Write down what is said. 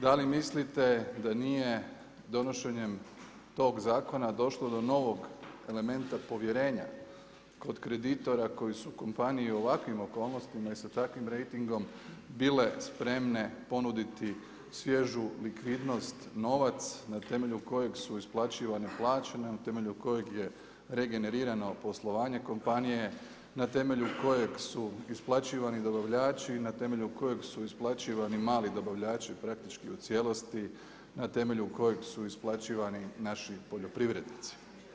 Da li mislite da nije donošenjem tog zakona došlo do novog elementa povjerenja kod kreditora koji su kompaniju u ovakvim okolnostima i sa takvim rejtingom bile spremne ponuditi svježu likvidnost, novac na temelju kojeg su isplaćivane plaće, na temelju kojeg je regenerirano poslovanje kompanije, na temelju kojeg su isplaćivani dobavljači i na temelju kojeg su isplaćivani mali dobavljači praktički u cijelosti, na temelju kojeg su isplaćivani naši poljoprivrednici?